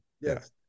Yes